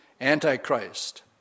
Antichrist